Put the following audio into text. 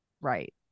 Right